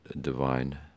divine